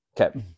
Okay